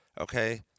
Okay